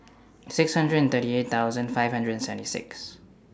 six hundred and thirty eight thousand five hundred and seventy six